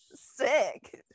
sick